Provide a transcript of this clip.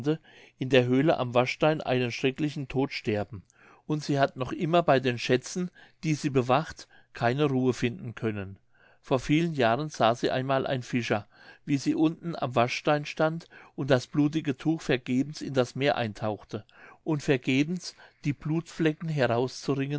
in der höhle am waschstein einen schrecklichen tod sterben und sie hat noch immer bei den schätzen die sie bewacht keine ruhe finden können vor vielen jahren sah sie einmal ein fischer wie sie unten am waschstein stand und das blutige tuch vergebens in das meer eintauchte und vergebens die blutflecken